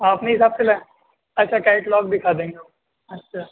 آپ اپنے حساب سے لائیں اچھا کیٹلگ دکھا دیں گے اچھا